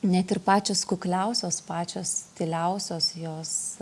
net ir pačios kukliausios pačios tyliausios jos